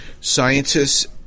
Scientists